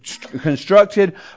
constructed